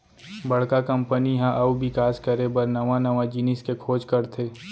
बड़का कंपनी ह अउ बिकास करे बर नवा नवा जिनिस के खोज करथे